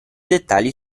dettagli